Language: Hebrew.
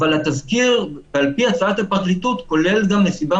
אבל התזכיר על פי הצעת הפרקליטות כולל גם נסיבה